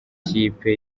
kipe